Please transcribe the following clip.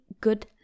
good